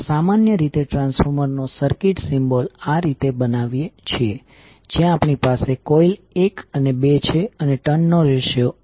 આપણે સામાન્ય રીતે ટ્રાન્સફોર્મર નો સર્કિટ સિમ્બોલ આ રીતે બતાવીએ છીએ જ્યાં આપણી પાસે કોઇલ એક અને બે છે